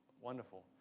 wonderful